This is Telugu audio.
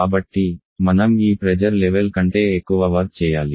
కాబట్టి మనం ఈ ప్రెజర్ లెవెల్ కంటే ఎక్కువ వర్క్ చేయాలి